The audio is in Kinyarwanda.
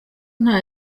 nta